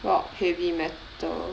rock heavy metal